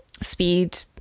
speed